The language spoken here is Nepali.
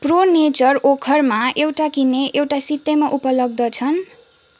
प्रो नेचर ओखरमा एउटा किने एउटा सित्तैमा उपलब्ध छन्